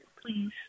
Please